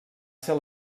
ser